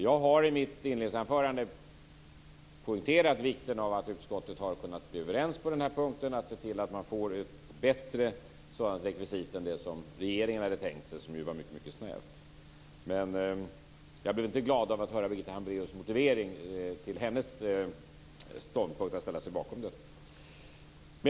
Jag har i mitt inledningsanförande poängterat vikten av att utskottet har kunnat bli överens på denna punkt, att se till att man får ett bättre rekvisit än det som regeringen hade tänkt sig och som var mycket snävt. Men jag blir inte glad över att höra Birgitta Hambraeus motivering till sin ståndpunkt att ställa sig bakom det. Herr talman!